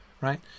right